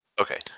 Okay